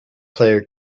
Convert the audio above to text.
player